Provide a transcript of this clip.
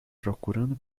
procurando